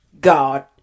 God